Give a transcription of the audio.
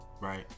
right